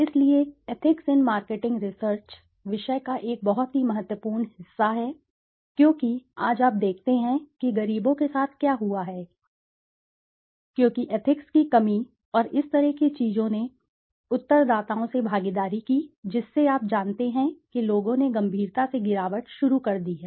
इसलिए ethics in marketing research विषय का एक बहुत ही महत्वपूर्ण हिस्सा है क्योंकि आप आज देखते हैं कि गरीबों के साथ क्या हुआ है क्योंकि एथिक्स की कमी और इस तरह की चीजों ने उत्तरदाताओं से भागीदारी की जिससे आप जानते हैं कि लोगों ने गंभीरता से गिरावट शुरू कर दी है